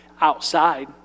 outside